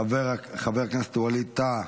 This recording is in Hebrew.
חבר הכנסת ווליד טאהא,